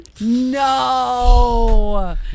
No